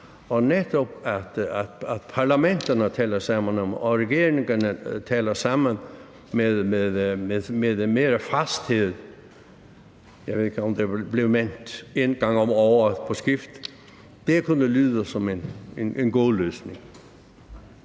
og netop at parlamenterne taler sammen og regeringerne taler sammen med mere faste mellemrum. Jeg ved ikke, om der menes en gang om året på skift, men det kunne lyde som en god løsning.